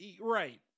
right